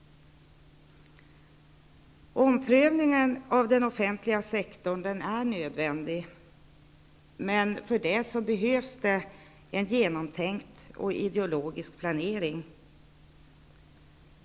Omprövning av den offentliga sektorn är nödvändig, men det behövs en genomtänkt och logisk planering.